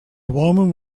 woman